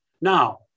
now